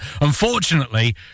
Unfortunately